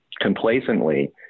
complacently